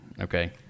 Okay